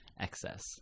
excess